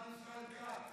בזמן ישראל כץ.